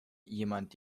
jemand